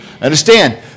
Understand